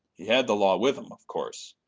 he had the law with him, of course.